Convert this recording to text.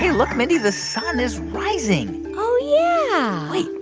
yeah look, mindy. the sun is rising oh, yeah wait.